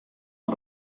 oan